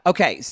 Okay